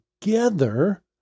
together